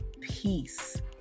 peace